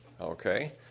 Okay